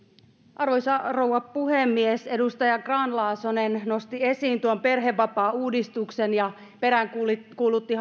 arvoisa rouva puhemies edustaja grahn laasonen nosti esiin tuon perhevapaauudistuksen ja peräänkuulutti